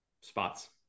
spots